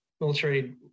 military